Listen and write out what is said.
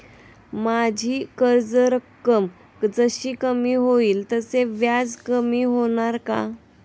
माझी कर्ज रक्कम जशी कमी होईल तसे व्याज कमी होणार का?